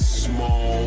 small